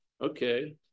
Okay